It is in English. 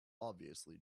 obviously